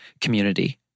community